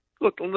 look